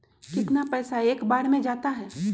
कितना पैसा एक बार में जाता है?